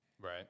Right